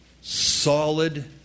solid